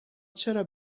چرا